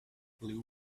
blue